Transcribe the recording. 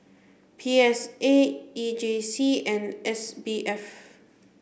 P S A E J C and S B F